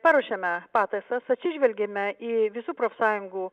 paruošėme pataisas atsižvelgėme į visų profsąjungų